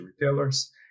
retailers